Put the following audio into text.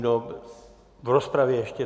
Do rozpravy ještě?